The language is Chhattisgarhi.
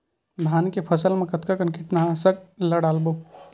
धान के फसल मा कतका कन कीटनाशक ला डलबो?